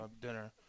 dinner